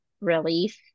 release